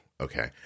Okay